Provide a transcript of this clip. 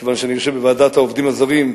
כיוון שאני יושב בוועדת העובדים הזרים,